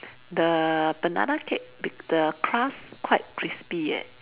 the banana cake be the crust quite crispy eh